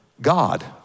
God